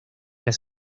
las